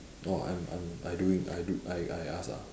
orh I'm I'm I doing I do I I ask ah